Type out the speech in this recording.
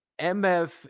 mf